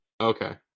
Okay